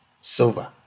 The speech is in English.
silver